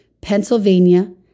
Pennsylvania